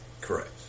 Correct